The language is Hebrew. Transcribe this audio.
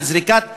לזריקת אבנים.